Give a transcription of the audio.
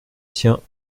tiens